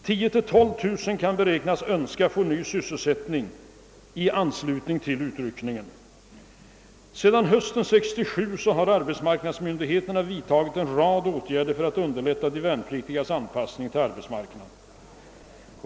10 000—12 000 kan beräknas önska få ny sysselsättning i anslutning till utryckningen. Sedan hösten 1967 har arbetsmarknadsmyndigheterna vidtagit en rad åt gärder för att underlätta de värnpliktigas anpassning till arbetsmarknaden.